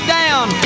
down